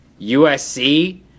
USC